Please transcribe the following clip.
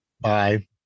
Bye